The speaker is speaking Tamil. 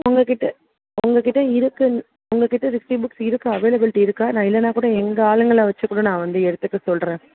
உங்கள் கிட்டே உங்கள் கிட்டே இருக்குதுன்னு உங்கள் கிட்ட சிக்ஸ்ட்டி புக்ஸ் இருக்கா அவைளபிலிட்டி இருக்கா நான் இல்லைன்னா கூட எங்கள் ஆளுங்களை வச்சு கூட நான் வந்து எடுத்துக்க சொல்கிறேன்